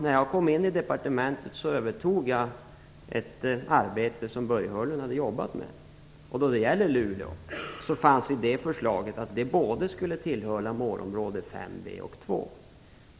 När jag kom in i departementet övertog jag ett arbete som Börje Hörnlund hade jobbat med. När det gäller Luleå fanns ett förslag om att det skulle tillhöra både målområde 5b och 2.